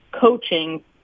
coaching